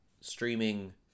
streaming